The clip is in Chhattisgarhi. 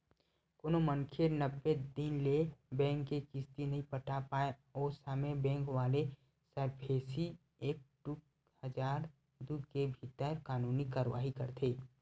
कोनो मनखे नब्बे दिन ले बेंक के किस्ती नइ पटा पाय ओ समे बेंक वाले सरफेसी एक्ट दू हजार दू के भीतर कानूनी कारवाही करथे